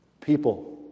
people